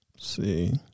see